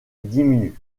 diminue